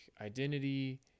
identity